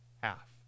half